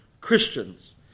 Christians